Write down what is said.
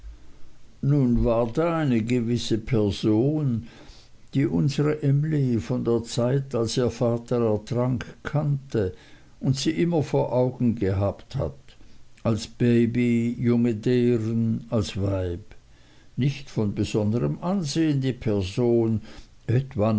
nun war da eine gewisse person die unsre emly von der zeit als ihr vater ertrank kannte und sie immer vor augen gehabt hat als baby junge deeren als weib nich von besonnern ansehen die person